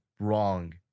wrong